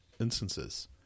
instances